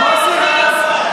בואי נסיים את הסיבוב הזה.